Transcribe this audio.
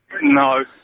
No